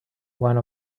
one